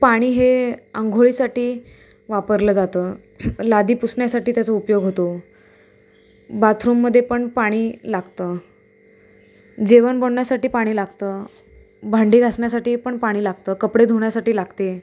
पाणी हे आंघोळीसाठी वापरलं जातं लादी पुसण्यासाठी त्याचा उपयोग होतो बाथरूममध्ये पण पाणी लागतं जेवण बनवण्यासाठी पाणी लागतं भांडी घासण्यासाठी पण पाणी लागतं कपडे धुण्यासाठी लागते